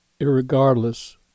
irregardless